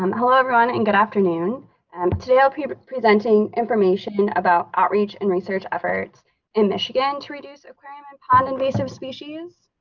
um hello everyone and good afternoon and today i'll be but presenting information about outreach and research efforts in michigan to reduce aquarium and pond invasive species.